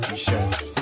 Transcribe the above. T-shirts